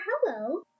hello